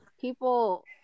people